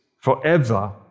forever